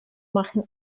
machen